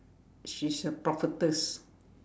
she's a prophetess